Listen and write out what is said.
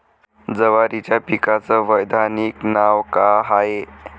जवारीच्या पिकाचं वैधानिक नाव का हाये?